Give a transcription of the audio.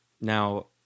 Now